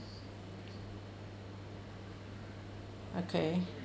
okay